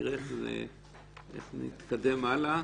נראה איך נתקדם הלאה.